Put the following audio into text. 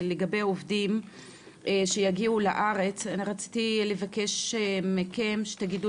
לגבי עובדים שיגיעו לארץ ואני רציתי לבקש מכם שתגידו